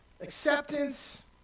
acceptance